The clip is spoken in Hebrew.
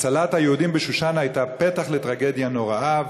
הצלת היהודים בשושן הייתה פתח לטרגדיה נוראה,